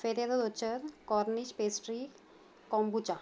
फेदच्चर Cornish pastry kombucha